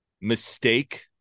mistake